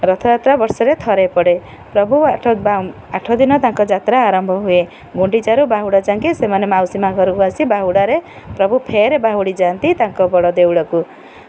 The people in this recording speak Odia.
ରଥଯାତ୍ରା ବର୍ଷରେ ଥରେ ପଡ଼େ ପ୍ରଭୁ ଆଠ ଆଠ ଦିନ ତାଙ୍କ ଯାତ୍ରା ଆରମ୍ଭ ହୁଏ ଗୁଣ୍ଡିଚାରୁ ବାହୁଡ଼ା ଯାଏକି ସେମାନେ ମାଉସୀ ମାଆ ଘରକୁ ଆସି ବାହୁଡ଼ାରେ ପ୍ରଭୁ ଫେରେ ବାହୁଡ଼ି ଯାଆନ୍ତି ତାଙ୍କ ବଡ଼ ଦେଉଳକୁ